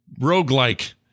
roguelike